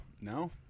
No